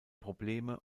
probleme